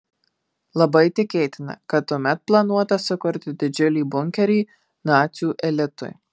labai tikėtina kad tuomet planuota sukurti didžiulį bunkerį nacių elitui